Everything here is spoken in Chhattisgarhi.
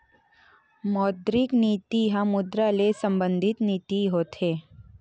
मौद्रिक नीति ह मुद्रा ले संबंधित नीति होथे